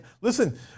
Listen